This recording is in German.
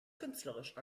künstlerisch